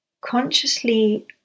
consciously